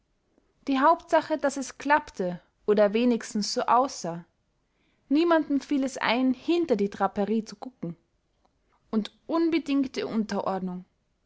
die hauptsache daß es klappte oder wenigstens so aussah niemandem fiel es ein hinter die draperie zu gucken und unbedingte unterordnung